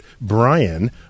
Brian